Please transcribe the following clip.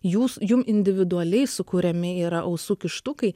jūs jum individualiai sukuriami yra ausų kištukai